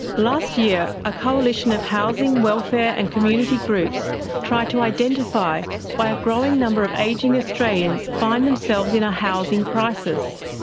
last year a coalition of housing, welfare and community groups tried to identify why a growing number of ageing australians find themselves in a housing crisis.